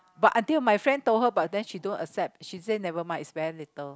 but until my friend told her but then she don't accept she say never mind it's very little